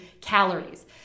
calories